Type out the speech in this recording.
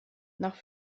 nach